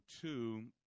two